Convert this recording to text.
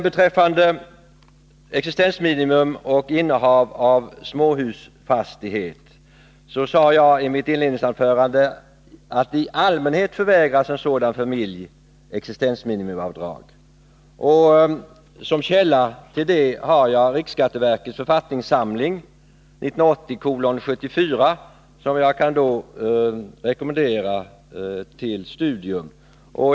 Beträffande existensminimum och innehav av småhusfastighet sade jag i mitt inledningsanförande att sådana familjer i allmänhet förvägras existensminimiavdrag. Som källa för det har jag riksskatteverkets författningssamling 1980:74, som jag kan rekommendera till studium.